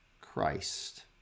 Christ